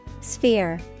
Sphere